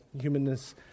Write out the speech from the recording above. humanness